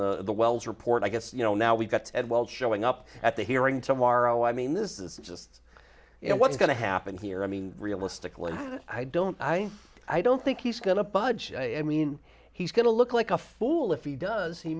the wells report i guess you know now we've got it while showing up at the hearing tomorrow i mean this is just you know what's going to happen here i mean realistically i don't i i don't think he's going to budge i mean he's going to look like a fool if he does he